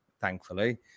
thankfully